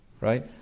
Right